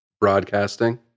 broadcasting